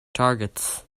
targets